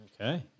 Okay